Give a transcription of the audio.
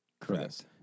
Correct